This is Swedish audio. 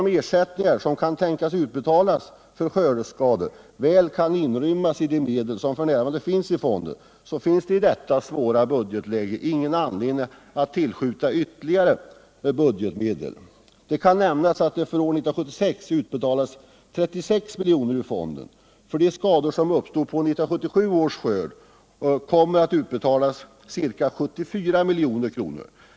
De ersättningar som kan tänkas komma att utbetalas för skördeskador kan väl inrymmas i de medel som f. n. finns i fonden, och därför finns det i detta svåra budgetläge ingen anledning att tillskjuta ytterligare medel via budgeten. Det kan nämnas att för 1976 utbetalades 36 milj.kr. ur fonden. För de skador som uppstod på 1977 års skörd kommer att utbetalas ca 74 milj.kr.